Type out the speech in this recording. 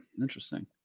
Interesting